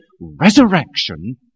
resurrection